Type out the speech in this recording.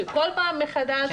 כל פעם מחדש,